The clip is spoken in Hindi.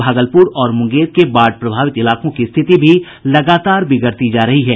भागलपुर और मुंगेर के बाढ़ प्रभावित इलाकों की स्थिति भी लगातार बिगड़ती जा रही है